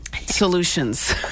solutions